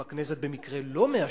אם הכנסת במקרה לא מאשרת,